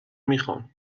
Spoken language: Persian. میخوام